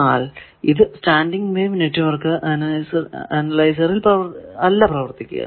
എന്നാൽ ഇത് standing wave എന്ന പ്രതിഭാസത്തിൽ അല്ല പ്രവർത്തിക്കുക